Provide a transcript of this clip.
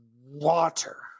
water